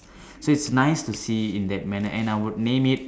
so it's nice to see in that manner and I would name it